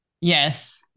Yes